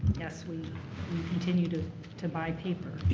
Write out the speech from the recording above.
yes, we continue to to buy paper.